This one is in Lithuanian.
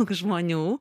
daug žmonių